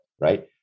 right